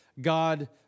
God